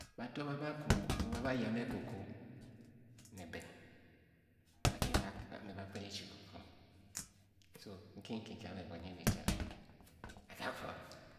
Ba to mba a-ba ko koko, ba ba yame koko nè bê, bá kiâ bê akpuga ne ba kped e-chi, nkǐ kí-kia be bunyin ditièm éně